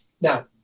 now